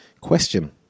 question